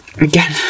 Again